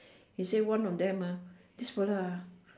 he say one of them ah this fella ah